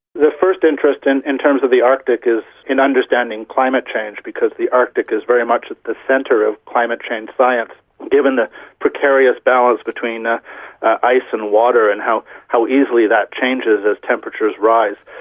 the first interest in in terms of the arctic is in understanding climate change because the arctic is very much at the centre of climate change science given the precarious balance between ah ice and water and how how easily that changes as temperatures rise.